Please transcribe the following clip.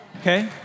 okay